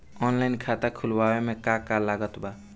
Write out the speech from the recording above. Online खाता खुलवावे मे का का लागत बा?